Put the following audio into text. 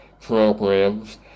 programs